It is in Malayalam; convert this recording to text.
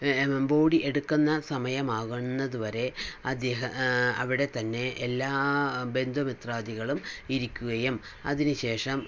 ബോഡി എടുക്കുന്ന സമയമാകുന്നത് വരെ അദ്ദേഹ അവിടെ തന്നെ എല്ലാ ബന്ധുമിത്രാദികളും ഇരിക്കുകയും അതിന് ശേഷം ബോഡി